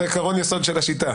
זה עיקרון יסוד של השיטה.